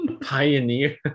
Pioneer